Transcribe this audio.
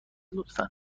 لطفا